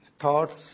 thoughts